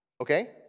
Okay